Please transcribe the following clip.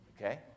okay